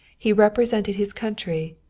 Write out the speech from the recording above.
he represented his country,